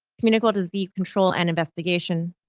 communical disease control and investigation,